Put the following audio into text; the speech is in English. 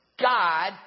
God